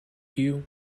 you